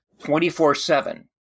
24-7